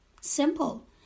Simple